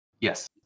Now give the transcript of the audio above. Yes